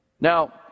Now